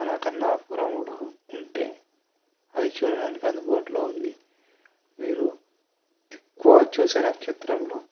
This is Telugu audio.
మన కన్నాపురంలో ఉంటే అది చూడడానికి అందుబాటులో ఉంది మీరు ఎక్కువ చూసే నక్షత్రంలో